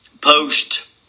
post